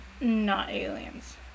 not-aliens